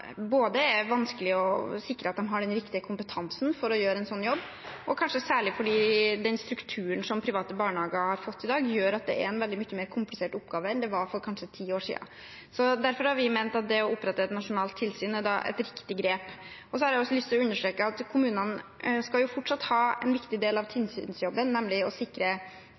er vanskelig å sikre at de har den riktige kompetansen for å gjøre en slik jobb, kanskje særlig fordi den strukturen som private barnehager har fått i dag, gjør at det er en veldig mye mer komplisert oppgave enn det var for kanskje ti år siden. Derfor har vi ment at det å opprette et nasjonalt tilsyn er et riktig grep. Jeg vil også understreke at kommunene fortsatt skal ha en viktig del av tilsynsjobben, nemlig å sikre